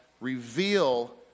reveal